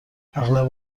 اغلب